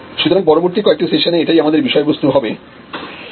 সুতরাং পরবর্তী কয়েকটি সেশানে এটাই আমাদের বিষয়বস্তু হবে